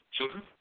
Children